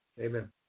Amen